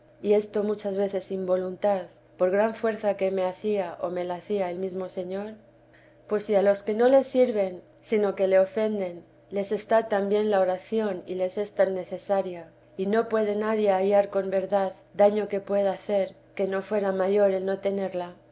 y esto muchas veces sin voluntad por gran fuerza que me hacía o me la hacía el mesmo señor pues si a los que no le sirven sino que le ofenden les está tan bien la oración y les es tan necesaria y no puede nadie hallar con verdad daño que pueda hacer que nofuera mayor el no tenerla